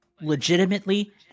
legitimately